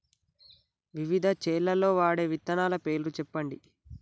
వివిధ చేలల్ల వాడే విత్తనాల పేర్లు చెప్పండి?